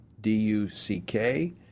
D-U-C-K